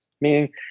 Meaning